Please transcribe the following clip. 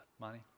Money